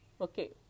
okay